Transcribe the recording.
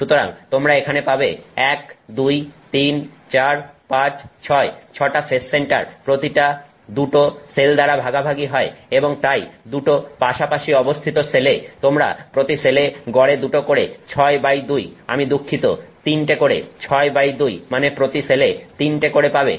সুতরাং তোমরা এখানে পাবে 123456 6 টা ফেস সেন্টার প্রতিটা 2 টো সেল দ্বারা ভাগাভাগি হয় এবং তাই 2 টো পাশাপাশি অবস্থিত সেলে তোমরা প্রতি সেলে গড়ে 2 টো করে 62 আমি দুঃখিত 3 টে করে 62 মানে হল প্রতি সেলে 3 টে করে পাবে